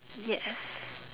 yes